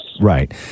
Right